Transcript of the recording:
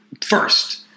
First